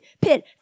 pit